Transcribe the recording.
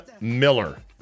Miller